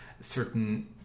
certain